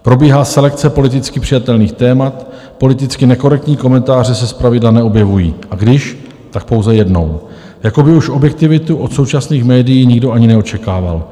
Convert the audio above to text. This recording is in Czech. Probíhá selekce politicky přijatelných témat, politicky nekorektní komentáře se zpravidla neobjevují, a když, tak pouze jednou, jako by už objektivitu od současných médií nikdo ani neočekával.